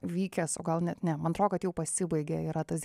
vykęs o gal net ne man atrodo kad jau pasibaigė yra tas